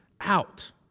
out